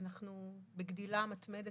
אנחנו בגדילה מתמדת.